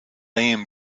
aim